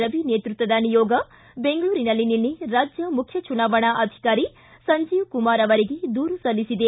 ರವಿ ನೇತೃತ್ವದ ನಿಯೋಗ ಬೆಂಗಳೂರಿನಲ್ಲಿ ನಿನ್ನೆ ರಾಜ್ಯ ಮುಖ್ಯ ಚುನಾವಣಾ ಅಧಿಕಾರಿ ಸಂಜೀವ್ ಕುಮಾರ್ ಅವರಿಗೆ ದೂರು ಸಲ್ಲಿಸಿದೆ